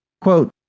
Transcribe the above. Quote